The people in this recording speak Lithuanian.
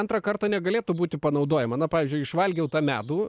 antrą kartą negalėtų būti panaudojama na pavyzdžiui išvalgiau tą medų